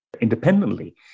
independently